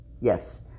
yes